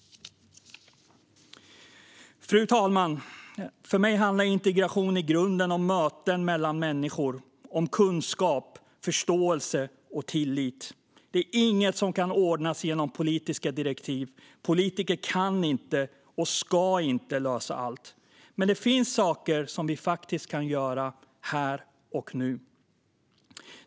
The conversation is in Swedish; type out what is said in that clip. Fru talman! För mig handlar integration i grunden om möten mellan människor, om kunskap, förståelse och tillit. Det är inget som kan ordnas genom politiska direktiv. Politiker kan inte och ska inte lösa allt. Men det finns saker som vi faktiskt kan göra här och nu.